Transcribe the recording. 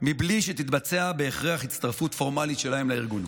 בלי שתתבצע בהכרח הצטרפות פורמלית שלהם לארגון.